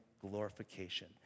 glorification